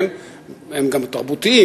הם גם תרבותיים,